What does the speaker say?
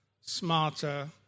smarter